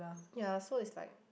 yea so is like